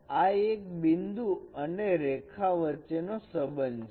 આ એક બિંદુ અને રેખા વચ્ચે નો સંબંધ છે